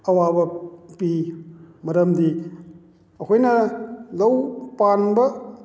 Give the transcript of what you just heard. ꯑꯋꯥꯕ ꯄꯤ ꯃꯔꯝꯗꯤ ꯑꯩꯈꯣꯏꯅ ꯂꯧ ꯄꯥꯟꯕ